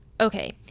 Okay